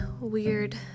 weird